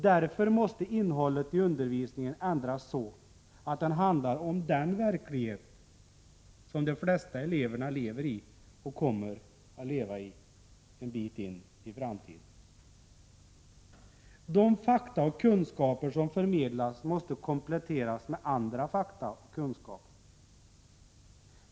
Därför måste innehållet i undervisningen ändras så att den handlar om den verklighet som de flesta elever lever i och kommer att leva i en bit in i framtiden. De fakta och kunskaper som förmedlas måste kompletteras med andra fakta och kunskaper.